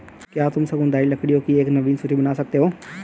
क्या तुम शंकुधारी लकड़ियों की एक नवीन सूची बना सकते हो?